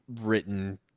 written